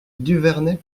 duvernet